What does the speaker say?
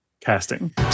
Casting